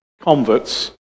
converts